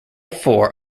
four